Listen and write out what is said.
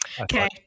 Okay